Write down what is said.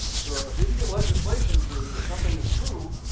so, if you can get legislation through that something is true